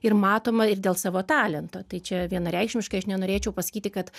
ir matoma ir dėl savo talento tai čia vienareikšmiškai aš nenorėčiau pasakyti kad